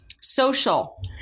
social